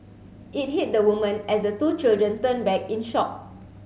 it hit the woman as the two children turned back in shock